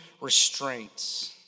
restraints